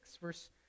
verse